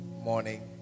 morning